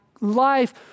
Life